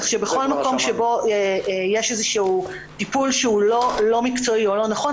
בכל מקום שבו יש איזשהו טיפול שהוא לא מקצועי או לא נכון,